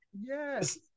yes